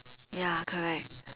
ya correct